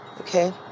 okay